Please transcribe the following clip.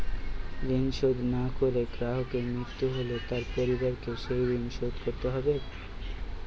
ঋণ শোধ না করে গ্রাহকের মৃত্যু হলে তার পরিবারকে সেই ঋণ শোধ করতে হবে?